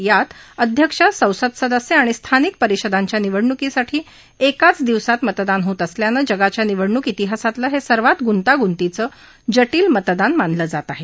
यात अध्यक्ष संसद सदस्य आणि स्थानिक परिषदांच्या निवडणुकीसाठी एकाच दिवसात मतदान होत असल्यानं जगाच्या निवडणुक इतिहासातलं हे सर्वात गुंतागुंतीचं जटील मतदान मानलं जात आहे